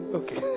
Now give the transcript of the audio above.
okay